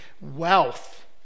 wealth